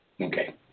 Okay